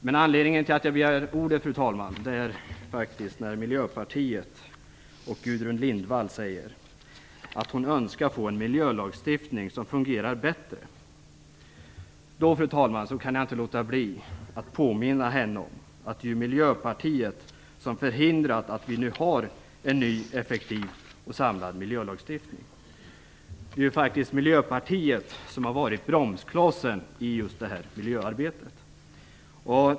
Men anledningen till att jag begär ordet, fru talman, är att Gudrun Lindvall från Miljöpartiet säger att hon önskar få en miljölagstiftning som fungerar bättre. Fru talman! Jag kan inte låta bli att påminna henne om att det ju är Miljöpartiet som förhindrat en ny, effektiv och samlad miljölagstiftning. Det är faktiskt Miljöpartiet som har varit bromsklossen i det här miljöarbetet.